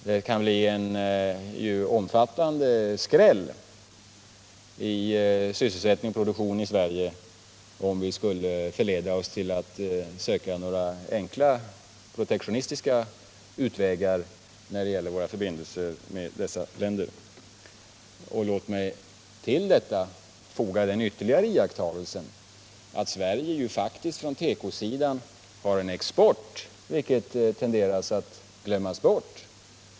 Det kan bli en omfattande skräll i fråga om sysselsättning och produktion i Sverige om vi skulle förledas till att söka några enkla protektionistiska utvägar när det gäller våra förbindelser med dessa länder. Låt mig till detta foga den ytterligare iakttagelsen att Sverige ju faktiskt på tekosidan har en export, vilket tenderar att glömmas bort.